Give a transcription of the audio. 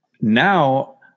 Now